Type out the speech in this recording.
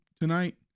tonight